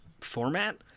format